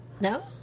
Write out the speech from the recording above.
No